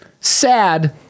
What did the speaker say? sad